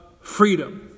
Freedom